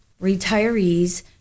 retirees